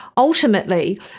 Ultimately